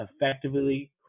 effectively